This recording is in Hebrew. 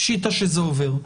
פשיטה שזה עובר.